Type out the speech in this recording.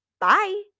Bye